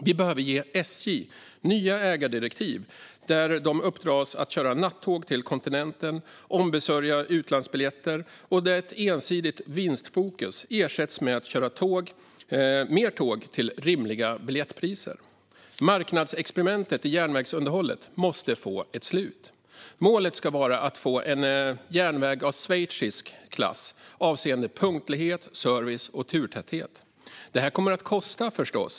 Vi behöver ge SJ nya ägardirektiv, där de uppdras att köra nattåg till kontinenten och ombesörja utlandsbiljetter. Ett ensidigt vinstfokus behöver också ersättas med fokus att köra mer tåg till rimliga biljettpriser. Marknadsexperimentet i järnvägsunderhållet måste få ett slut. Målet ska vara att få en järnväg av schweizisk klass avseende punktlighet, service och turtäthet. Detta kommer förstås att kosta.